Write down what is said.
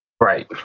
Right